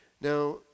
Now